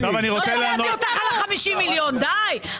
לא שאלתי אותך על ה-50 מיליון, די.